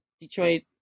Detroit